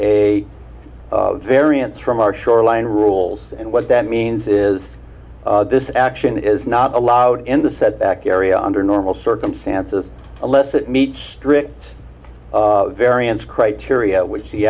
a variance from our shoreline rules and what that means is this action is not allowed in the setback area under normal circumstances unless it meets strict variance criteria which the